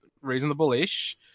reasonable-ish